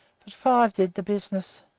but five did the business.